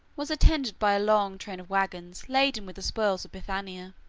was attended by a long train of wagons, laden with the spoils of bithynia,